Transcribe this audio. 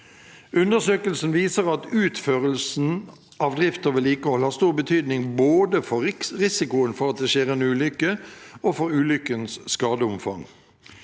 Undersøkelsen viser at utførelsen av drift og vedlikehold har stor betydning både for risikoen for at det skjer en ulykke, og for ulykkens skadeomfang.